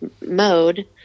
mode